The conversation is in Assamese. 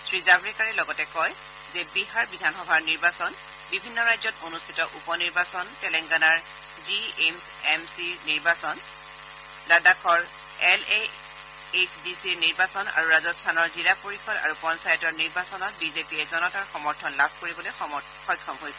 শ্ৰীজাত্ৰেকাৰে লগতে কয় যে বিহাৰ বিধানসভাৰ নিৰ্বাচন বিভিন্ন ৰাজ্যত অনুষ্ঠিত উপ নিৰ্বাচন তেলেংগানাৰ জি এইছ এম চিৰ নিৰ্বাচন লাডাখৰ এল এ এইছ ডি চিৰ নিৰ্বাচন আৰু ৰাজস্থানৰ জিলা পৰিষদ আৰু পঞ্চায়তৰ নিৰ্বাচনত বিজেপিয়ে জনতাৰ সমৰ্থন লাভ কৰিবলৈ সক্ষম হৈছে